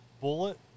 bullet